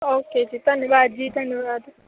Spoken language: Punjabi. ਓਕੇ ਜੀ ਧੰਨਵਾਦ ਜੀ ਧੰਨਵਾਦ